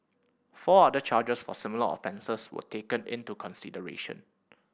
four other charges for similar offences were taken into consideration